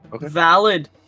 Valid